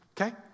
okay